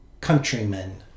countrymen